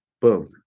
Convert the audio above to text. Boom